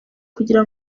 kugira